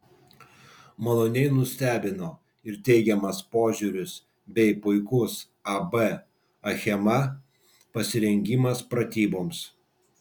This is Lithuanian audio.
maloniai nustebino ir teigiamas požiūris bei puikus ab achema pasirengimas pratyboms